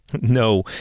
No